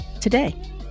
today